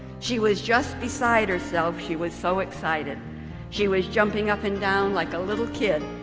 she was just beside herself she was so excited she was jumping up and down like a little kid.